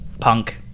punk